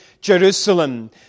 Jerusalem